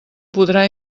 podrà